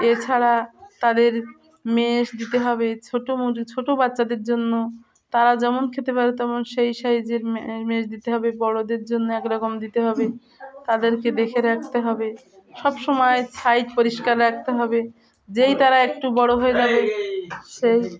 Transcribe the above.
এছাড়া তাদের ম্যাশ দিতে হবে ছোটো মুরগি ছোটো বাচ্চাদের জন্য তারা যেমন খেতে পারে তেমন সেই সাইজের ম ম্যাশ দিতে হবে বড়দের জন্য একরকম দিতে হবে তাদেরকে দেখে রাখতে হবে সব সময় সাইজ পরিষ্কার রাখতে হবে যেই তারা একটু বড়ো হয়ে যাবে সেই